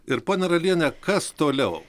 ir ponia raliene kas toliau